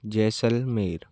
Jaisalmer